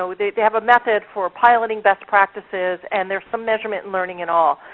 so they they have a method for piloting best practices, and there's some measurement and learning in all.